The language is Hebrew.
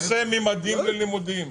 בנושא "ממדים ללימודים",